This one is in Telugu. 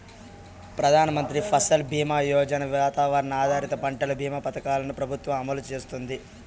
ప్రధాన మంత్రి ఫసల్ బీమా యోజన, వాతావరణ ఆధారిత పంటల భీమా పథకాలను ప్రభుత్వం అమలు చేస్తాంది